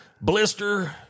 Blister